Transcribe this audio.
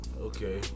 Okay